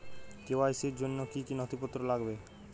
KYC র জন্য কি কি নথিপত্র লাগবে?